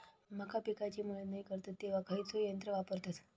मका पिकाची मळणी करतत तेव्हा खैयचो यंत्र वापरतत?